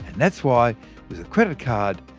that's why with a credit card,